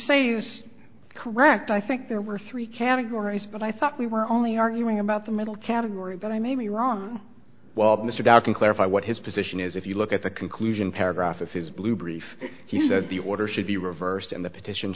say this correct i think there were three categories but i thought we were only arguing about the middle category but i may be wrong while mr downer can clarify what his position is if you look at the conclusion paragraph of his blue brief he said the order should be reversed and the petition